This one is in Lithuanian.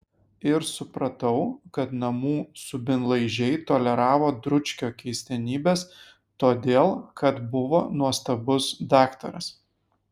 ir supratau kad namų subinlaižiai toleravo dručkio keistenybes todėl kad buvo nuostabus daktaras